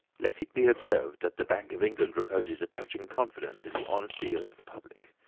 let it be observed that the bank of england reposes a touching confidence in the honesty of the public.